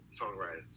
songwriters